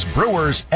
Brewers